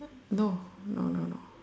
no no no no